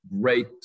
great